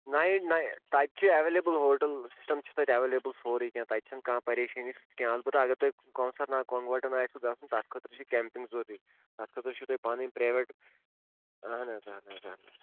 نَیہِ نَیہِ تَتہِ چھِ اٮ۪ویلیبٕل ہوٹل سِسٹم چھِ تَتہِ اٮ۪ویلیبٕل سورٕے کیٚنٛہہ تَتہِ چھَنہٕ کانٛہہ پریشٲنی کیٚنٛہہ البتہ اگر تۄہہِ کونٛسر ناگ کۄنٛگ وَٹن آسِوٕ گَژھُن تَتھ خٲطرٕ چھِ کٮ۪مپِنٛگ ضوٚرری تَتھ خٲطرٕ چھُو تۄہہِ پنٕنۍ پرٛیوٮ۪ٹ اہن حظ اہن حظ اہن حظ